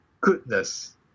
goodness